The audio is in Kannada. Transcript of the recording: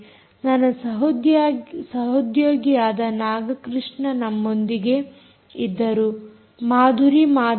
ನನ್ನ ಸಹೋದ್ಯೋಗಿಯಾದ ನಾಗಕೃಷ್ಣ ನಮ್ಮೊಂದಿಗೆ ಇದ್ದರೂ